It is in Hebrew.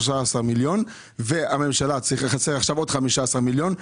מיליון שקלים והממשלה תיתן עוד 15 מיליון שקלים.